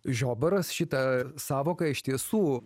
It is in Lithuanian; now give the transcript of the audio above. žiobaras šitą sąvoką iš tiesų